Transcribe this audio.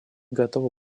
готова